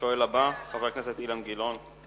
השואל הבא הוא חבר הכנסת אילן גילאון.